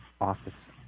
Office